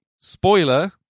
Spoiler